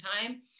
time